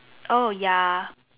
oh ya